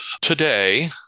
today